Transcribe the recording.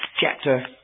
chapter